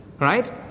Right